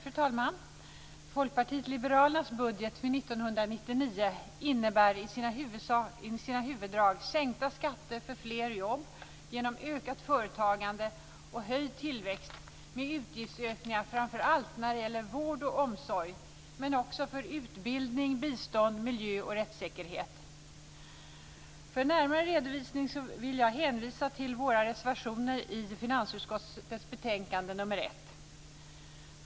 Fru talman! Folkpartiet liberalernas budget för 1999 innebär i sina huvuddrag sänkta skatter för fler jobb genom ökat företagande och höjd tillväxt med utgiftsökningar framför allt när det gäller vård och omsorg, men också för utbildning, bistånd, miljö och rättssäkerhet. För en närmare redovisning vill jag hänvisa till våra reservationer i finansutskottets betänkande nr 1.